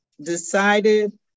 decided